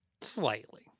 slightly